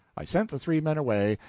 i sent the three men away,